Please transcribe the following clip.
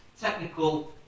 technical